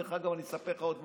דרך אגב, אני אספר לך עוד משהו.